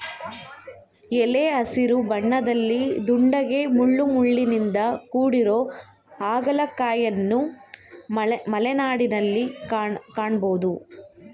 ಎಲೆ ಹಸಿರು ಬಣ್ಣದಲ್ಲಿ ದುಂಡಗೆ ಮುಳ್ಳುಮುಳ್ಳಿನಿಂದ ಕೂಡಿರೊ ಹಾಗಲಕಾಯಿಯನ್ವನು ಮಲೆನಾಡಲ್ಲಿ ಕಾಣ್ಬೋದು